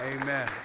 Amen